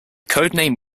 codename